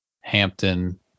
Hampton